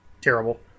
terrible